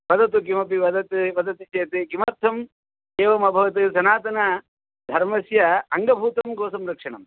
वदतु किमपि वदत् वदति चेत् किमर्थम् एवमभवत् सनातनधर्मस्य अङ्गभूतं गोसंरक्षणम्